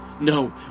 No